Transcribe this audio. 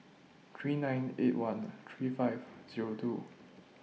three nine eight one three five Zero two